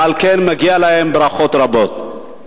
ועל כן מגיעות להן ברכות רבות.